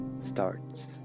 starts